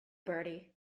bertie